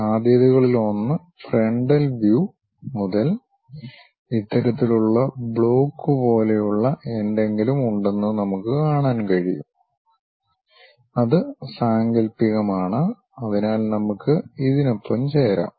സാധ്യതകളിലൊന്ന് frontal view മുതൽ ഇത്തരത്തിലുള്ള block പോലെയുള്ള എന്തെങ്കിലും ഉണ്ടെന്ന് നമുക്ക് കാണാൻ കഴിയും അത് സാങ്കൽപ്പികമാണ് അതിനാൽ നമുക്ക് ഇതിനൊപ്പം ചേരാം